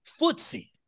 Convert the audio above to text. footsie